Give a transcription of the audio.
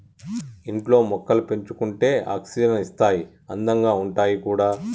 ఇంట్లో మొక్కలు పెంచుకుంటే ఆక్సిజన్ ఇస్తాయి అందంగా ఉంటాయి కూడా